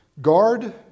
Guard